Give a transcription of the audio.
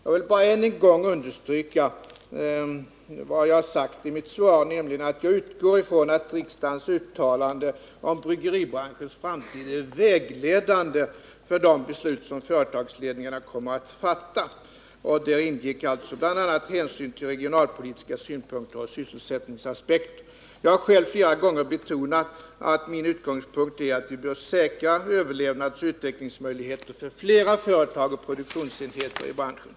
Jag vill bara än en gång understryka att jag utgår från att riksdagens uttalande om bryggeribranschens framtid är vägledande för de beslut som företagsledningarna kommer att fatta. I de uttalandena betonade riksdagen bl.a. att man också skulle ta hänsyn till regionalpolitiska synpunkter och sysselsättningsaspekter. Jag har själv flera gånger betonat att min utgångspunkt är att vi bör säkra överlevnadsoch utvecklingsmöjligheter för flera företag och produktionsenheter inom bryggeribranschen.